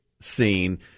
scene